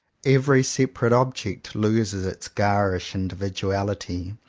every separate object loses its garish individuality,